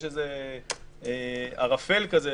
יש איזה ערפל כזה,